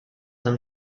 them